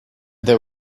there